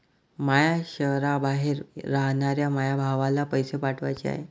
माया शैहराबाहेर रायनाऱ्या माया भावाला पैसे पाठवाचे हाय